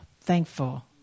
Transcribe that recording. thankful